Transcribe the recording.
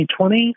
2020